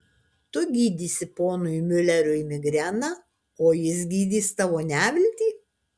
tu gydysi ponui miuleriui migreną o jis gydys tavo neviltį